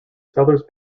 sellers